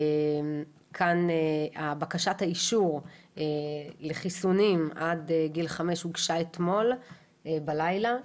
כאן על בקשת האישור לחיסונים עד גיל 5 הוגשה אתמול בלילה,